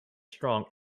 strong